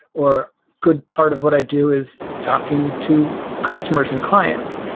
or good part of what i do is talking to customers and clients.